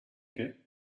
get